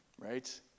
right